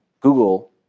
Google